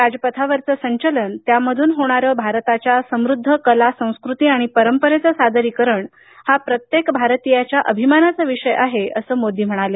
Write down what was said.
राजपथावरचं संचलन त्यामधून होणारं भारताच्या समृद्ध कला संस्कृती आणि परंपरेचं सादरीकरण हा प्रत्येक भारतीयाच्या अभिमानाचा विषय आहे असं मोदी म्हणाले